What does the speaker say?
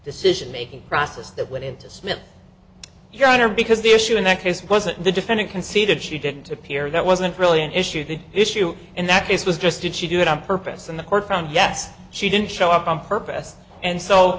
decision making process that went into smith your honor because the issue in that case wasn't the defendant conceded she didn't appear that wasn't really an issue the issue in that case was just did she do it on purpose and the court found yes she didn't show up on purpose and so